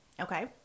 Okay